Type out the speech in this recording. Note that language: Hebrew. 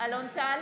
אלון טל,